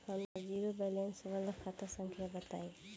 हमर zero balance वाला खाता संख्या बताई?